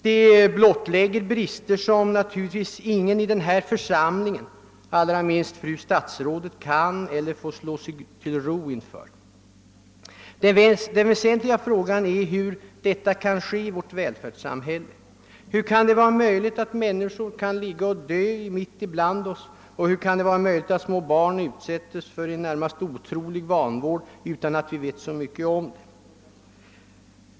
Det blottlägger brister som ingen i denna församling, allra minst fru statsrådet, får slå sig till ro inför. Det väsentliga är hur detta kan ske i vårt välfärdssamhälle. Hur kan det vara möjligt att människor kan ligga och dö mitt ibland oss och att små barn utsättes för en närmast otrolig vanvård utan att vi får någon närmare kännedom om det?